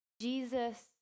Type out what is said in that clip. Jesus